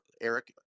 Eric